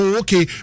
okay